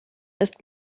ist